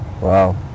Wow